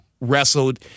wrestled